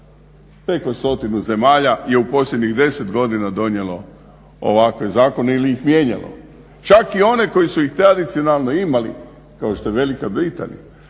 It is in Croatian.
Preko stotinu zemalja je u posljednjih 10 godina donijelo ovakve zakone ili ih mijenjalo, čak i one koji su ih tradicionalno imali kao što je Velika Britanija